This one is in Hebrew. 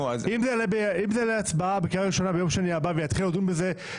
אם זה יעלה להצבעה בקריאה ראשונה ביום שני הבא ויתחילו לדון בזה?